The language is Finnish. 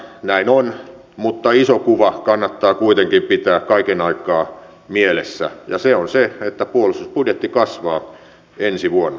näin on mutta iso kuva kannattaa kuitenkin pitää kaiken aikaa mielessä ja se on se että puolustusbudjetti kasvaa ensi vuonna